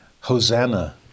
Hosanna